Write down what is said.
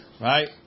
Right